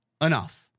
enough